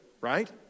right